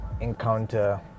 encounter